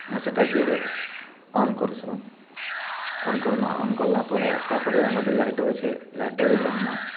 ଆମେ ସେଇଟା କେ ଅନ୍ କର୍ସୁଁ ଅନ୍ କର୍ମା ଅନ୍ କଲା ପରେ ତାପରେ ଆମ ଯେନ୍ ଲାଇଟର୍ ଅଛେ ଲାଇଟର୍ରେ ଜାଲ୍ମା